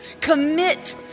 Commit